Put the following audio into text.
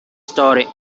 story